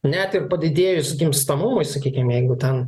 net ir padidėjus gimstamumui sakykim jeigu ten